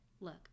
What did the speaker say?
look